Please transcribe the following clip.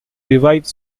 revive